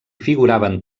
figuraven